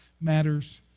matters